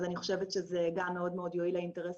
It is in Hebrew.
אני חושבת שזה מאוד יועיל לאינטרס